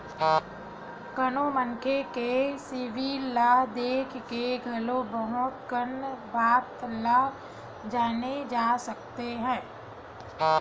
कोनो मनखे के सिबिल ल देख के घलो बहुत कन बात ल जाने जा सकत हे